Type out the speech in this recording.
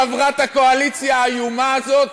חברת הקואליציה האיומה הזאת,